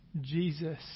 Jesus